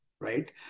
right